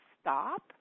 stop